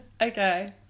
Okay